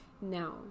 now